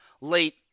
late